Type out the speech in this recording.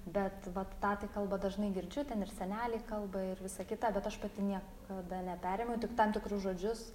bet vat tą kalbą dažnai girdžiu ten ir seneliai kalba ir visa kita bet aš pati niekada neperėmiau tik tam tikrus žodžius